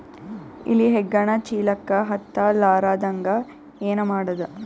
ಇಲಿ ಹೆಗ್ಗಣ ಚೀಲಕ್ಕ ಹತ್ತ ಲಾರದಂಗ ಏನ ಮಾಡದ?